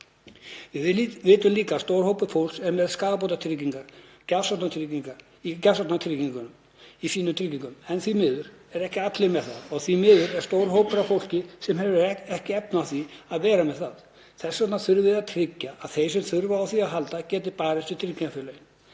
Við vitum líka að stór hópur fólks er með skaðabótatryggingar og gjafsóknartryggingu í sínum tryggingum en því miður eru ekki allir með það og því miður er stór hópur af fólki sem hefur ekki efni á því að vera með það. Þess vegna þurfum við að tryggja að þeir sem þurfa á því að halda geti barist við tryggingafélögin.